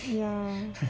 ya